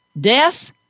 Death